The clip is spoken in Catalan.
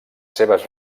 seves